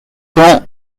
quand